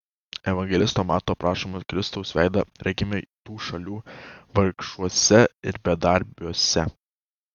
evangelisto mato aprašomą kristaus veidą regime tų šalių vargšuose ir bedarbiuose